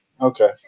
Okay